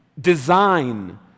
design